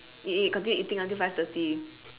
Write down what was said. eat eat continue eating until five thirty